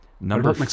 number